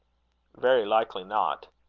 very likely not.